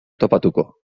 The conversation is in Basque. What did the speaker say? topatuko